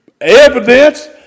evidence